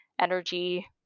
energy